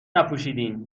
نپوشیدین